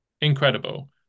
incredible